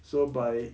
so by